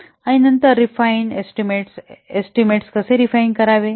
आणि नंतर refine estimates estimates कसे रेफाईन करावे